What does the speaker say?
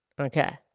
Okay